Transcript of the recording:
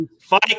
Fight